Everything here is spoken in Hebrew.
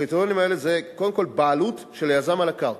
הקריטריונים האלה זה קודם כול בעלות של היזם על הקרקע.